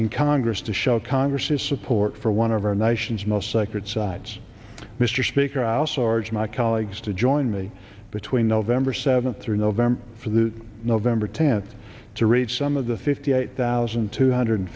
in congress to show congress's support for one of our nation's most sacred sites mr speaker ause sarge my colleagues to join me between november seventh through november for the november tenth to read some of the fifty eight thousand two hundred